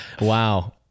Wow